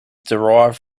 derived